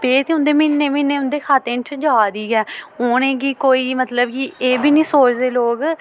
पेऽ ते उं'दे म्हीने म्हीने उं'दे खातें च जा दी गै उ'नेंगी कोई मतलब कि एह् बी निं सोचदे लोक